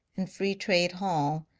in free trade hall,